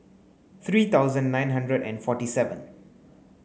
three thousand nine hundred and forty seven